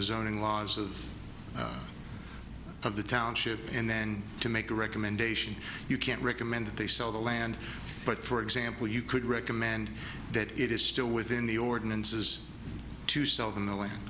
zoning laws of of the township and then to make a recommendation you can't recommend that they sell the land but for example you could recommend that it is still within the ordinances to sell them